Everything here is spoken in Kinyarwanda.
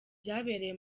byabereye